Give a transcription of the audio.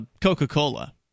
coca-cola